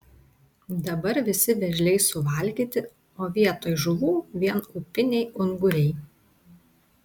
dabar visi vėžliai suvalgyti o vietoj žuvų vien upiniai unguriai